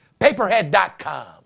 Paperhead.com